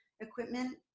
equipment